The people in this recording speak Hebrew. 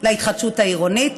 להתחדשות העירונית,